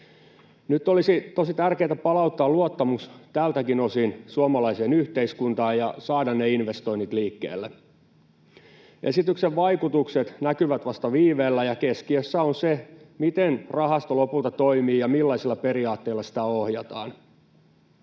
Nyt olisi tosi tärkeätä palauttaa luottamus tältäkin osin suomalaiseen yhteiskuntaan ja saada ne investoinnit liikkeelle. Esityksen vaikutukset näkyvät vasta viiveellä, ja keskiössä on se, miten rahasto lopulta toimii ja millaisilla periaatteilla sitä ohjataan.